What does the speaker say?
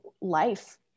life